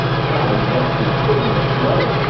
thou wretched thing of blood,